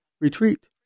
retreat